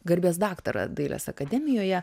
garbės daktarą dailės akademijoje